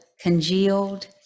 congealed